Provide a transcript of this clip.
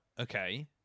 Okay